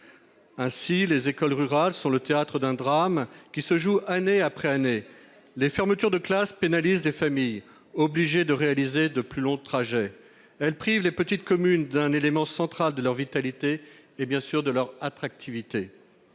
école. Les écoles rurales sont le théâtre d'un drame qui se joue année après année. Les fermetures de classes pénalisent les familles, obligées de réaliser de plus longs trajets. Elles privent les petites communes d'un élément central de leur vitalité et de leur attractivité.